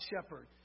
shepherd